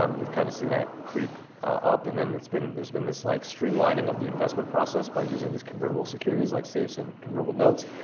um you've kind of seen that creep up and then there's been there's been this like streamlining of the investment process by using these convertible securities like safes and convertible notes,